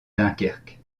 dunkerque